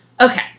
Okay